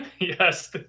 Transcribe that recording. Yes